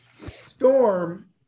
Storm